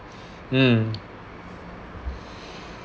um